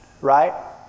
right